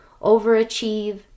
overachieve